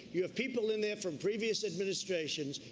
you have people in there from previous administrations.